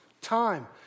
time